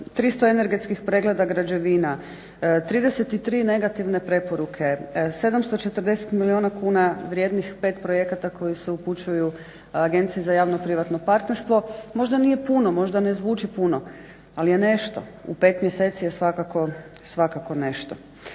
300 energetskih pregleda građevina, 33 negativne preporuke, 740 milijuna kuna vrijednih 5 projekata koji se upućuju Agenciji za javno privatno partnerstvo možda nije puno, možda ne zvuči puno ali je nešto. U pet mjeseci je svakako nešto.